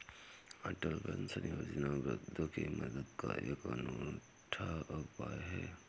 अटल pension योजना वृद्धों की मदद का एक अनूठा उपाय है